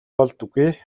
болдоггүй